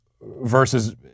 versus